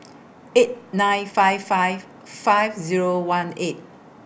eight nine five five five Zero one eight